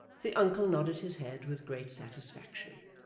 the uncle nodded his head with great satisfaction.